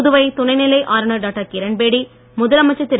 புதுவை துணைநிலை ஆளுநர் டாக்டர் கிரண்பேடி முதலமைச்சர் திரு